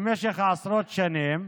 במשך עשרות שנים,